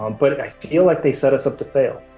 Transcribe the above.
um but i feel like they set us up to fail.